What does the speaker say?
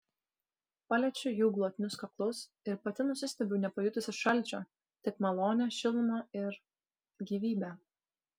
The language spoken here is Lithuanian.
paliečiu jų glotnius kaklus ir pati nusistebiu nepajutusi šalčio tik malonią šilumą ir gyvybę